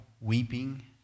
weeping